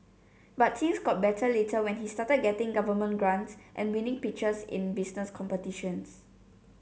but things got better later when he started getting government grants and winning pitches in business competitions